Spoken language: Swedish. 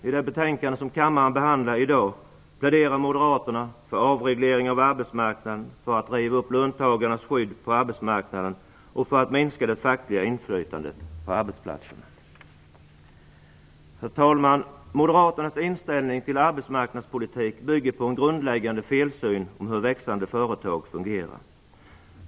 I det betänkande som kammaren behandlar i dag pläderar moderaterna för avreglering av arbetsmarknaden, för att riva upp löntagarnas skydd på arbetsmarknaden och för att minska det fackliga inflytandet på arbetsplatserna. Herr talman! Moderaternas inställning till arbetsmarknadspolitik bygger på en grundläggande felsyn om hur växande företag fungerar.